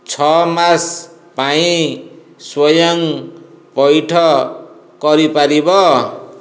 ଛଅ ମାସ ପାଇଁ ସ୍ଵୟଂ ପଇଠ କରିପାରିବ